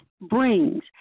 brings